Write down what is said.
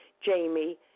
Jamie